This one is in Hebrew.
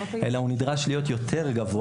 אלא הוא נדרש להיות גבוה,